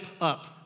up